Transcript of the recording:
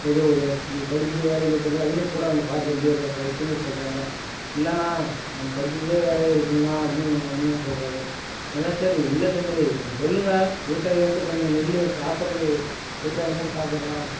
உதவுவது நீ படிச்சுட்டு வேலைக்கு போனால் அதிலியும் கூட வந்து பார் தம்பி அதுபோல பல விஷயங்கள் சொல்கிறாங்க இல்லைண்ணா நான் படிச்சுட்டே வேலை இருக்குண்ணா அப்டின்னு எங்கள் அண்ணா சொல்கிறாரு அதெலாம் சரி இல்லை தம்பி கொஞ்சம் சொல்லுங்க விவசாயி வந்து கொஞ்சம் நெல் சாப்பிட்றது விவசாயமால் தானே சாப்பிட்றோம்